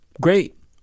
great